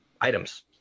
items